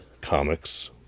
comics